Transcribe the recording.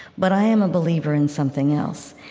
but i am a believer in something else.